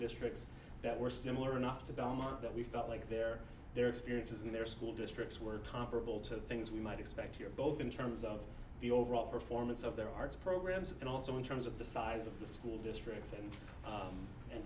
districts that were similar enough to belmont that we felt like their their experiences in their school districts were comparable to the things we might expect here both in terms of the overall performance of their arts programs and also in terms of the size of the school districts and